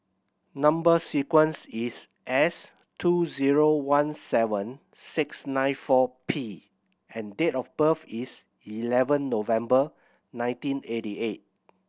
number sequence is S two zero one seven six nine four P and date of birth is eleven November nineteen eighty eight